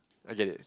okay